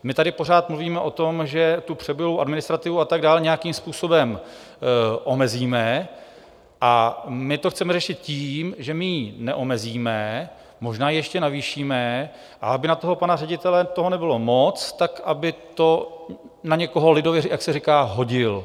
My tady pořád mluvíme o tom, že přebujelou administrativu a tak dále nějakým způsobem omezíme, a my to chceme řešit tím, že my ji neomezíme, možná ji ještě navýšíme, a aby na toho pana ředitele toho nebylo moc, tak aby to na někoho, jak se lidově říká, hodil.